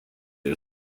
dig